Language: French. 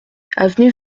avenue